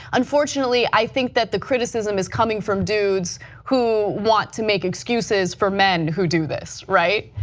unfortunately i think that the criticism is coming from dudes who want to make excuses for men who do this, right?